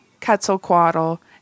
quetzalcoatl